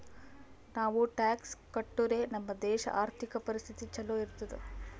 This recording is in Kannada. ನಾವು ಟ್ಯಾಕ್ಸ್ ಕಟ್ಟುರೆ ನಮ್ ದೇಶ ಆರ್ಥಿಕ ಪರಿಸ್ಥಿತಿ ಛಲೋ ಇರ್ತುದ್